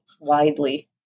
widely